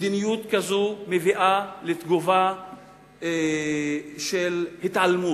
מדיניות כזאת מביאה לתגובה של התעלמות,